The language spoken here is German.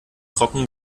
trocken